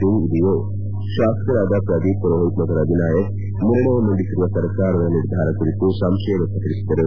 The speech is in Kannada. ಸಿಂಗ್ ಡಿಯೋ ಶಾಸಕರಾದ ಪ್ರದೀಪ್ ಪುರೋಹಿತ್ ಮತ್ತು ರವಿನಾಯಕ್ ನಿರ್ಣಯ ಮಂಡಿಸಿರುವ ಸರ್ಕಾರದ ನಿರ್ಧಾರ ಕುರಿತು ಸಂಶಯ ವ್ಲಕ್ಷಪಡಿಸಿದರು